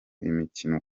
imikino